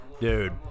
Dude